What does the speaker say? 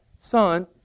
Son